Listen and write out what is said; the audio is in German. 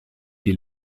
die